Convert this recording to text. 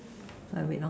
so I wait lor